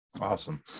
Awesome